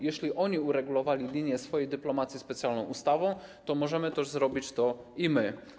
Jeśli oni uregulowali linię swojej dyplomacji specjalną ustawą, to możemy to zrobić i my.